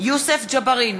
יוסף ג'בארין,